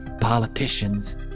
politicians